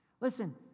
Listen